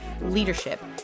leadership